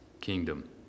kingdom